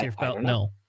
no